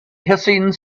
hissing